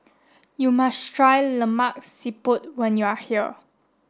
you must try Lemak Siput when you are here